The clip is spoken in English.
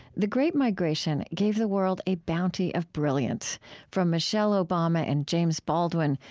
the great migration gave the world a bounty of brilliance from michelle obama and james baldwin,